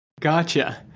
Gotcha